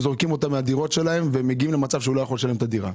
זורקים אותם מהדירות שלהם והם מגיעים למצב שהוא לא יכול לשלם את הדירה.